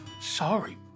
Sorry